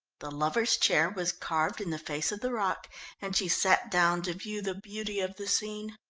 the lovers' chair was carved in the face of the rock and she sat down to view the beauty of the scene.